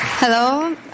Hello